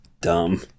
dumb